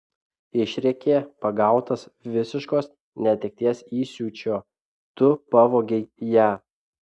išrėkė pagautas visiškos netekties įsiūčio tu pavogei ją